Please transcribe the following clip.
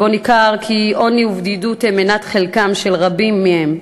שניכר ממנו כי עוני ובדידות הם מנת חלקם של רבים מהם.